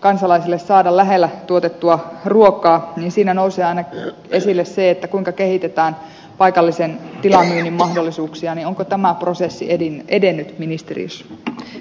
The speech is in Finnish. kansalaisille saada lähellä tuotettua ruokaa nousee aina esille se kuinka kehitetään paikallisen tilamyynnin mahdollisuuksia niin onko tämä prosessi edennyt ministeriössä